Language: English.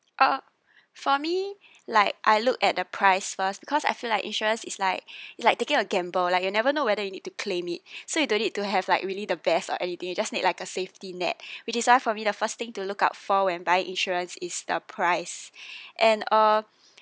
uh for me like I look at the price first because I feel like insurance is like is like taking a gamble like you never know whether you need to claim it so you don't need to have like really the best or anything you just need like a safety net which is why for me the first thing to look out for when buying insurance is the price and uh